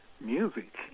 music